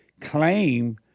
claim